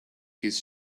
his